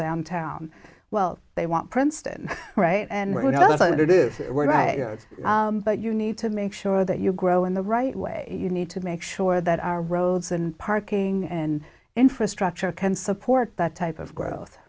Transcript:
downtown well they want princeton right and rhode island it is where i go but you need to make sure that you grow in the right way you need to make sure that our roads and parking and infrastructure can support that type of growth